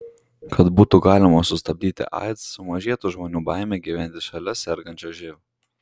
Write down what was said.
kad būtų galima sustabdyti aids sumažėtų žmonių baimė gyventi šalia sergančio živ